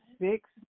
six